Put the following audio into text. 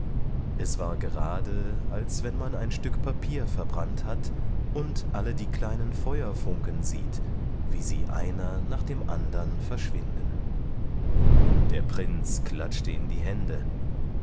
es war gerade als wenn man ein stück papier verbrannt hat und alle die kleinen feuerfunken sieht wie sie einer nach dem andern verschwinden der prinz klatschte in die hände